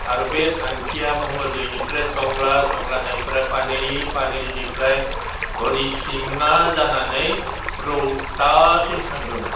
आरो बे थांखिया मंगलदैनिफ्राय टंला टंलानिफ्राय पानेरि पानेरिनिफ्राय हरिसिङा जानानै रौतासिम थांदोमोन